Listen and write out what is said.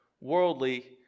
worldly